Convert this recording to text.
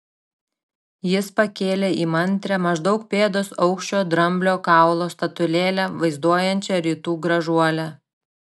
jis pakėlė įmantrią maždaug pėdos aukščio dramblio kaulo statulėlę vaizduojančią rytų gražuolę